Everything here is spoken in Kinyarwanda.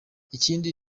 ikindi